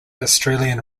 australian